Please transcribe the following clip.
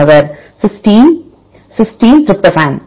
மாணவர் cysteine cysteine tryptophan